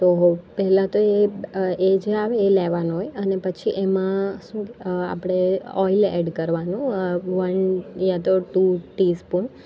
તો હો પહેલા તો એ એ જે આવે એ લેવાનો હોય અને પછી એમાં આપણે ઓઇલ એડ કરવાનું વન યાતો ટુ ટી સ્પૂન